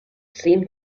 seemed